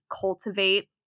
cultivate